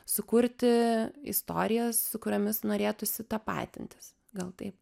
sukurti istorijas su kuriomis norėtųsi tapatintis gal taip